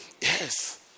Yes